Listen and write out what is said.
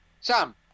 Sam